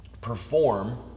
perform